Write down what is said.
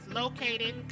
located